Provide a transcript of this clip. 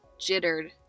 jittered